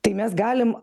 tai mes galim